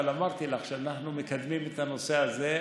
אבל אמרתי לך שאנחנו מקדמים את הנושא הזה.